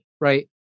right